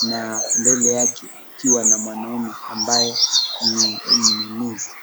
na mbele yake akiwa na mwanaume ambaye ni mnunuzi.